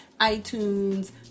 iTunes